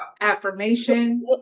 affirmation